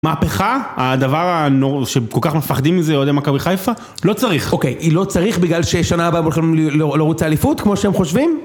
המהפכה, הדבר שכל כך מפחדים מזה, אוהדי מכבי חיפה, לא צריך. אוקיי, היא לא צריך בגלל ששנה הבאה הם הולכים לרוץ האליפות, כמו שהם חושבים?